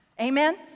Amen